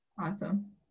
Awesome